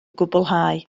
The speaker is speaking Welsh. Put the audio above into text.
gwblhau